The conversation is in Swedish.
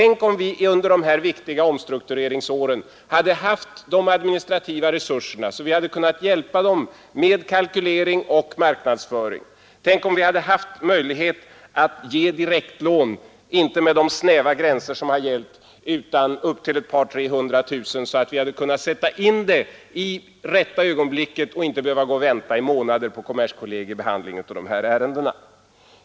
Tänk om vi under dessa viktiga omstruktureringsår hade haft de administrativa resurserna att hjälpa dem med kalkylering och marknadsföring. Tänk om vi hade haft möjligt att ge direktlån, inte med de snäva gränser som gällt utan upp till ett par tre hundratusen, så att vi hade kunnat sätta in lånen i det rätta ögonblicket och inte behövt vänta i månader på kommerskollegii behandling av dessa ärenden!